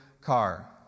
car